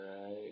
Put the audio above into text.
right